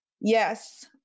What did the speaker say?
Yes